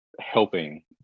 helping